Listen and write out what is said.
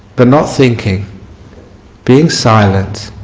but not thinking being silent